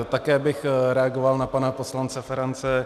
Také bych reagoval na pana poslance Ferance.